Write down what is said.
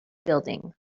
building